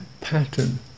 pattern